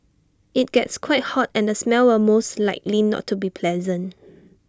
IT gets quite hot and the smell will most likely not be pleasant